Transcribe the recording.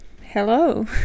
Hello